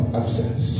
absence